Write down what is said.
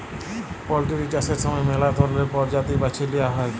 poultry চাষের সময় ম্যালা ধরলের পরজাতি বাছে লিঁয়া হ্যয়